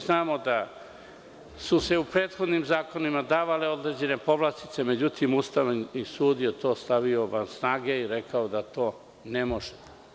Znamo da su se u prethodnim zakonima davale određene povlastice, međutim Ustavni sud je to stavio van snage i rekao da to ne može.